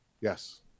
Yes